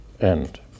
end